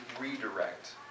redirect